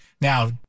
Now